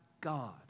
God